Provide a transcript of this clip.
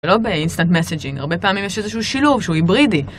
ולא באינסטנט מסייג'ינג, הרבה פעמים יש איזשהו שילוב שהוא היברידי.